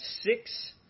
six